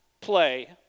play